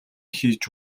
хийж